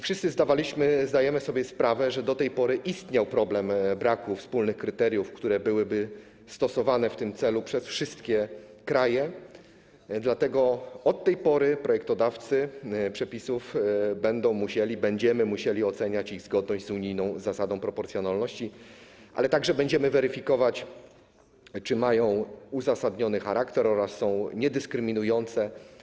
Wszyscy zdajemy sobie sprawę z tego, że do tej pory istniał problem braku wspólnych kryteriów, które byłyby stosowane w tym celu przez wszystkie kraje, dlatego od tej pory projektodawcy przepisów będą musieli - będziemy musieli - oceniać ich zgodność z unijną zasadą proporcjonalności, ale także weryfikować, czy mają uzasadniony charakter oraz czy są niedyskryminujące.